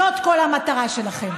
זאת כל המטרה שלכם.